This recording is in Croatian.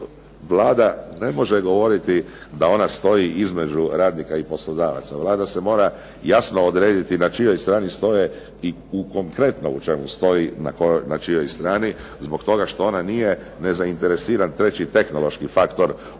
Vlada ne može govoriti da ona stoji između radnika i poslodavaca. Vlada se mora jasno odrediti na čijoj strani stoje i u konkretno u čemu stoji na čijoj strani, zbog toga što ona nije nezainteresiran treći tehnološki faktor unutar